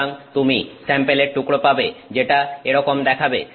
সুতরাং তুমি স্যাম্পেলের টুকরো পাবে যেটা এরকম দেখাবে